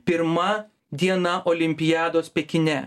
pirma diena olimpiados pekine